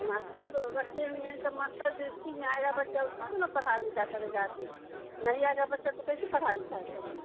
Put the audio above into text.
master बच्चे होइ तो मास्टर जो इस्कूल में आएगा बच्चा उसी को ना पढ़ा लिखा करेगा आदमी नहीं आएगा बच्चा तो कैसे पढ़ाई लिखाई करेंगे